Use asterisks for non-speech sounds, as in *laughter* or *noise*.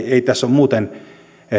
*unintelligible* ei tässä ole muuten